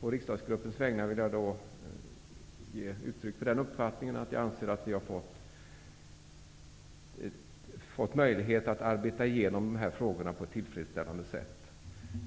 Å riksdagsgruppens vägnar vill jag ge uttryck åt uppfattningen att vi har fått möjlighet att arbeta igenom de här frågorna på ett tillfredsställande sätt.